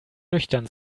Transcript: nüchtern